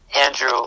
Andrew